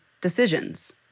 decisions